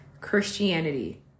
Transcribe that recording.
Christianity